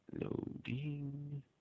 Loading